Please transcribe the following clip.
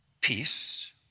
peace